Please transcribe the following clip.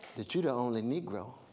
that you the only negro